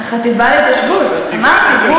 החטיבה להתיישבות, אמרתי.